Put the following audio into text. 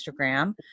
Instagram